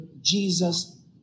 Jesus